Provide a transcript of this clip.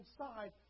inside